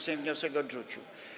Sejm wniosek odrzucił.